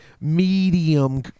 medium